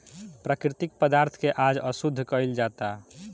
प्राकृतिक पदार्थ के आज अशुद्ध कइल जाता